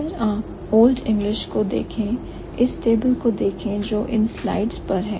अगर आप old English को देखें इस टेबल को देखें जो इन स्लाइड्स पर है